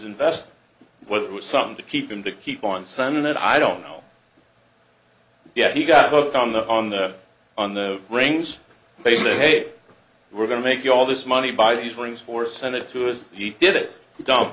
invest whether it was something to keep him to keep on senate i don't know yet he got booked on the on the on the rings basis they were going to make you all this money buy these rings for senate too is he did it we don't